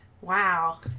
Wow